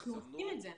אנחנו עושים את זה.